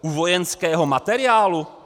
U vojenského materiálu?